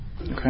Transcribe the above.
Okay